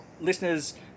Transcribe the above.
listeners